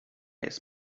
jest